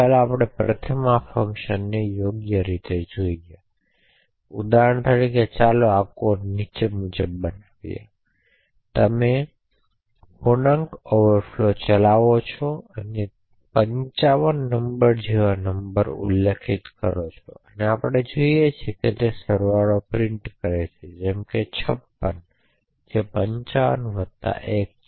ચાલો આપણે પ્રથમ આ ફંકશનને યોગ્ય રીતે જોઈએ અને તેથી ઉદાહરણ તરીકે ચાલો આ કોડ નીચે મુજબ બનાવો અને તમે પૂર્ણાંક ઓવરફ્લો ચલાવો અને 55 નંબર જેવા નંબરનો ઉલ્લેખ કરો અને આપણે જે જોઈએ છીએ તે સરવાળો પ્રિન્ટ કરેલ છે જેમ કે 56 551 છે